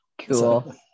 cool